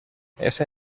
ese